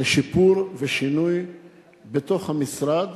לשיפור ושינוי בתוך המשרד,